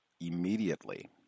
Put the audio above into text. immediately